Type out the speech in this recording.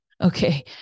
okay